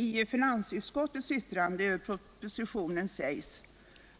I finansutskottets yttrande över propositionen sägs